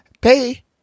pay